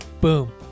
boom